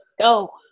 go